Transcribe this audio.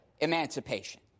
emancipation